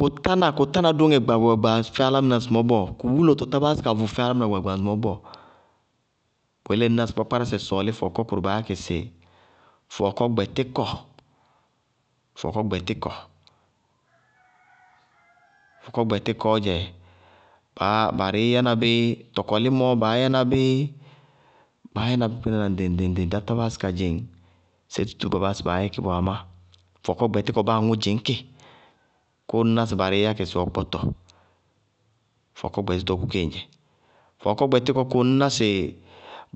Kʋ tána kʋ tána dóŋɛ gbaagba fɛ álámɩná ŋsɩmɔɔ bɔɔ, kʋ wúlotɔ tá báásí ka vʋ fɛ álámɩná gbaagba ŋsɩmɔɔ bɔɔ. Bʋyelé na sɩ kpákpárásɛ sɔɔlí fɔɔkɔ kʋrʋ baá yá kɩ sɩ fɔɔkɔ gbɛtíkɔ, fɔɔkɔ gbɛtíkɔɔ dzɛ barɩí yɛna bí tɔkɔlímɔɔ baá yɛna bíí, baá yána bí kpínaná ŋɖɩŋ-ŋɖɩŋ ŋɖɩŋ-ŋɖɩŋ, dá tá báásí ka dzɩŋ sé tútúú ba báásɩ baá yɛkɩ bɔɔ amá fɔɔkɔ gbɛtíkɔ báa aŋʋ dzɩñ kɩ, kʋʋ ŋñná sɩ barɩí yá kɩ sɩ ɔkpɔtɔ, fɔɔkɔ gbɛtíkɔ kʋ kéñdzɛ. Fɔɔkɔ gbɛtíkɔ kʋ ŋñná sɩ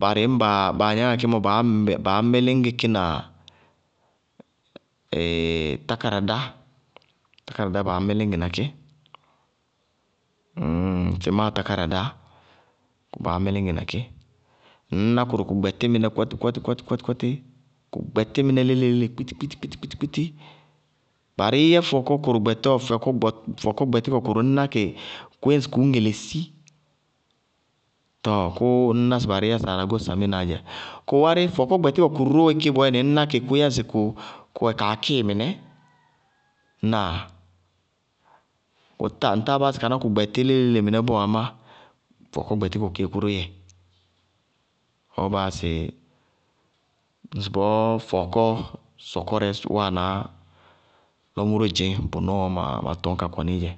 barɩ ñŋ baa baa gnañŋá kí mɔ, baá mílíñgɩ kí na tákáradá, tákáradáá baá mílíñgɩ na kí, sɩmáa tákáradá, káá baá mílíñgɩ na kí, ŋñná kʋrʋ kʋ gbɛtí mɩnɛ léle kɔtí-kɔtí-kɔtí kʋ gbɛtí mɩnɛ kpítí-kpítí-kpítí barɩí yɛ fɔɔkɔ kʋrʋ gbɛtí kɔ fɔɔkɔ gbɛtíkɔ kʋrʋ ŋñná kɩ, kʋʋ yɛ ŋsɩ kʋʋ ŋelesí, tɔɔ kʋʋ ŋñná sɩ barɩí yá sɩ anagó samínaá dzɛ. Kʋ wárí, fɔɔkɔ gbɛtíkɔ kʋrʋ ró wɛ ké bɔɔyɛnɩ, ŋñná kɩ kʋʋ yɛ ŋsɩ kʋyɛ kaakíɩ mɩnɛ. Ŋnáa? Kʋtáa ŋtáa báásɩ ka ná kʋ gbɛtí léle-léle mɩnɛ bɔɔ amá fɔɔkɔ gbɛtíkɔ kéé kʋró yɛɛ. Bɔɔ baa yáa sɩ, ŋsɩbɔɔ fɔɔkɔ sɔkɔrɛɛ wáanaá lɔ mʋró dzɩñ, bʋ nɔɔ ma tɔñ ka kɔnɩí dzɛ.